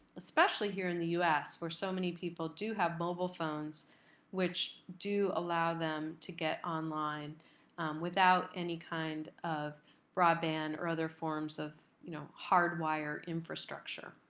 especially here in the us where so many people do have mobile phones which do allow them to get online without any kind of broadband or other forms of you know hardwired infrastructure.